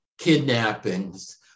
kidnappings